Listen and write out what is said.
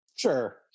Sure